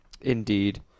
indeed